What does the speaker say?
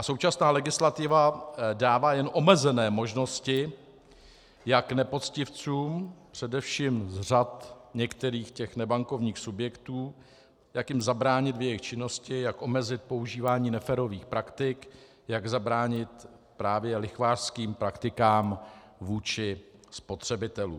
Současná legislativa dává jen omezené možnosti jak nepoctivcům především z řad některých těch nebankovních subjektů zabránit v jejich činnosti, jak omezit používání neférových praktik, jak zabránit právě lichvářským praktikám vůči spotřebitelům.